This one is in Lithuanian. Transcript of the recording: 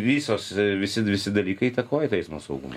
visos visi visi dalykai įtakoja tą eismo saugumą